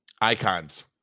icons